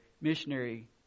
missionary